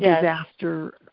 yeah disaster.